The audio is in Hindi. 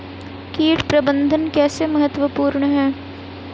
कीट प्रबंधन कैसे महत्वपूर्ण है?